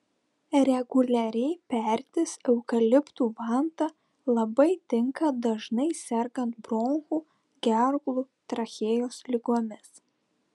reguliariai pertis eukaliptų vanta labai tinka dažnai sergant bronchų gerklų trachėjos ligomis